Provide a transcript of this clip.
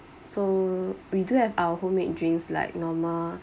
so we do have our homemade drinks like normal